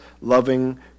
loving